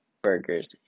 burgers